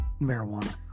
marijuana